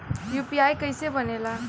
UPI कईसे बनेला?